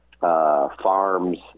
farms